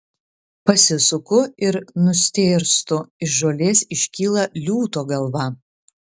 pasisuku ir nustėrstu iš žolės iškyla liūto galva